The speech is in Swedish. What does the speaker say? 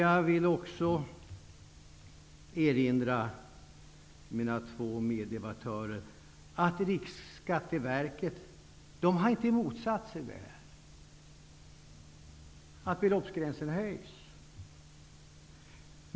Jag vill också erinra mina två meddebattörer om att Riksskatteverket inte har motsatt sig att beloppsgränsen höjs.